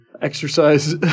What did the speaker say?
exercise